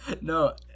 No